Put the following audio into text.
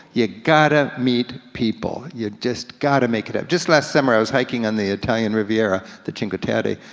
you gotta meet people. you just gotta make it, just last summer i was hiking on the italian riviera, the cinque terre,